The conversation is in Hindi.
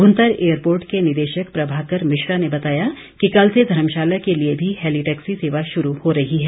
भुंतर एयरपोर्ट के निदेशक प्रभाकर मिश्रा ने बताया कि कल से धर्मशाला के लिए भी हेलिटैक्सी सेवा शुरू हो रही है